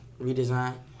redesign